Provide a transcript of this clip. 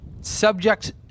Subjects